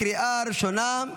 לקריאה הראשונה.